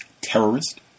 terrorist